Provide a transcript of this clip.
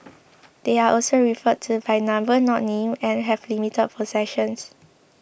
they are also referred to by number not name and have limited possessions